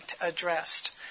addressed